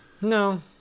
no